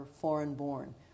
foreign-born